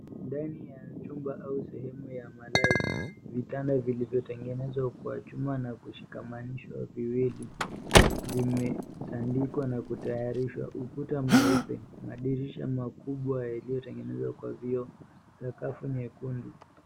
Ndani ya chumba au sehemu ya malazi, vitanda vilivyotengenezwa kwa chuma na kushikamanishwa viwili, vimetandikwa na kutayarishwa. Ukuta mweupe. Madirisha makubwa yaliyotengenezwa kwa vioo. Sakafu nyekundu.